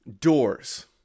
doors